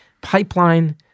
pipeline